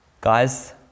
Guys